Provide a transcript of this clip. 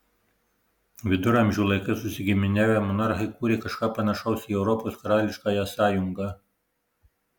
viduramžių laikais susigiminiavę monarchai kūrė kažką panašaus į europos karališkąją sąjungą